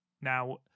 Now